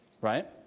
Right